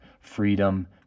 freedom